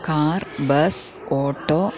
car bus auto